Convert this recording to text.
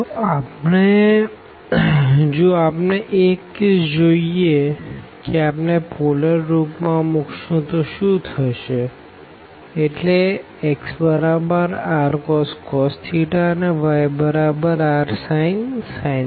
તો જો આપણે એક કેસ જોઈએ કે આપણે પોલર રૂપ માં મૂકશું તો શુ થશેએટલે x બરાબર rcos અને y બરાબર rsin